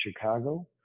Chicago